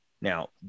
Now